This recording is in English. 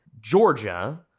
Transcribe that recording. Georgia